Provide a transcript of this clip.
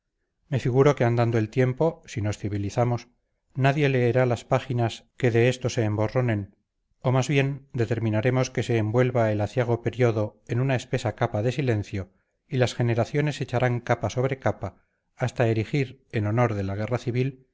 me figuro que andando el tiempo si nos civilizamos nadie leerá las páginas que de esto se emborronen o más bien determinaremos que se envuelva el aciago período en una espesa capa de silencio y las generaciones echarán capa sobre capa hasta erigir en honor de la guerra civil